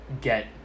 get